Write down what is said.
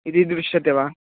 इति दृश्यते वा